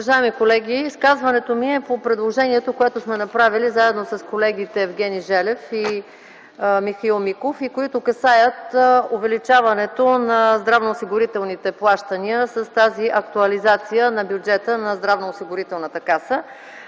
(КБ): Уважаеми колеги, изказването ми е по предложенията, които сме направили заедно с колегите Евгений Желев и Михаил Миков, които касаят увеличаването на здравноосигурителните плащания с тази актуализация на бюджета на Здравноосигурителната каса.